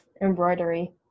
embroidery